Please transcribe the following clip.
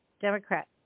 Democrat